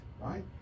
right